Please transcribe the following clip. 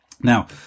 Now